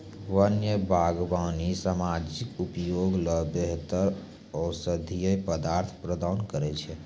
वन्य बागबानी सामाजिक उपयोग ल बेहतर औषधीय पदार्थ प्रदान करै छै